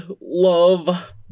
love